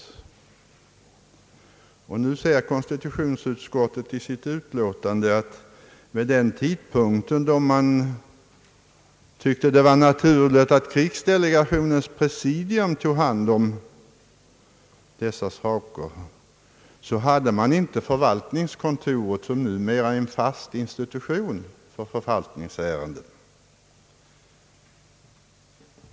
Nu säger konstitutionsutskottet i sitt betänkande att vid den tidpunkten då man tyckte det var naturligt att krigsdelegationens presidium tog hand om dessa uppgifter, då fanns inte förvaltningskontoret som numera är en fast institution för förvaltningsärenden.